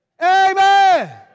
Amen